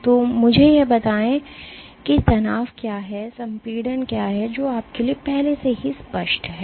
तो मुझे यह बताएं कि तनाव क्या है और संपीड़न क्या है जो आपके लिए पहले से ही स्पष्ट है